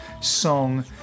song